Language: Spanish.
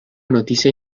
noticia